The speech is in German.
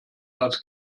als